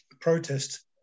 protest